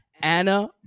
Anna